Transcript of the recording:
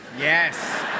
Yes